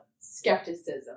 skepticism